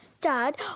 Dad